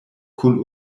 kun